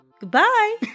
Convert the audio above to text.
goodbye